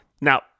now